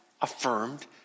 affirmed